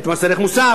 את מס ערך מוסף,